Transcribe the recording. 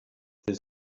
the